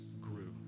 grew